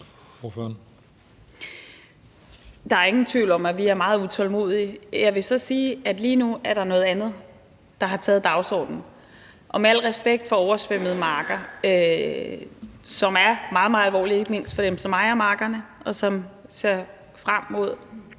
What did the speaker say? Der er ingen tvivl om, at vi er meget utålmodige. Jeg vil så sige, at der lige nu er noget andet, der står øverst på dagsordenen, og med al respekt for oversvømmede marker, hvilket er meget, meget alvorligt, ikke mindst for dem, som ejer markerne, og som kan se frem til